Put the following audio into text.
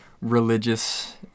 religious